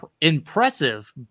impressive